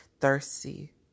thirsty